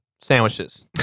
sandwiches